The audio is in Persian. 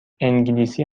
انگلیسی